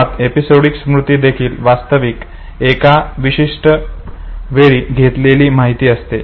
मुळात एपिसोडिक स्मृती देखील वास्तविक एका विशिष्ट वेळी घेतलेली माहिती असते